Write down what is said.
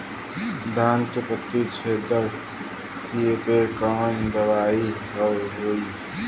धान के पत्ती छेदक कियेपे कवन दवाई होई?